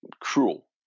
cruel